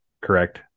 correct